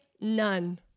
none